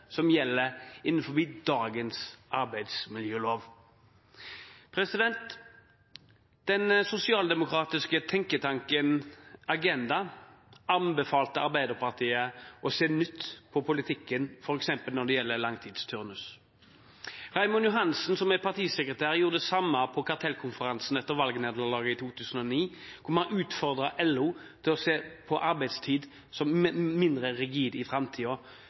som gjelder for dagens arbeidsmiljølov. Den sosialdemokratiske tenketanken Agenda anbefalte Arbeiderpartiet å se nytt på politikken, f.eks. når det gjelder langtidsturnus. Raymond Johansen, som er partisekretær, gjorde det samme på kartellkonferansen etter valgnederlaget i 2009, hvor man utfordret LO til å se på mindre rigid arbeidstid i